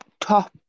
top